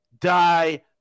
Die